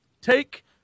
Take